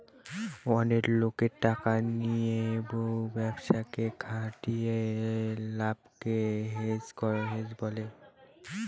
অনেক লোকের টাকা নিয়ে বড় ব্যবসাতে খাটিয়ে লাভকে হেজ বলে